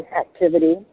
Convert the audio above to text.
activity